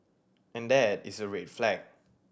and that is a red flag